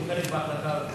יש לו חלק בהחלטה הזאת.